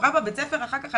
שעברה בבית הספר אחר כך,